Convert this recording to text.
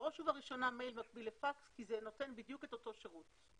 בראש ובראשונה מייל מקביל לפקס כי זה נותן בדיוק את אותו שירות.